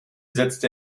setzte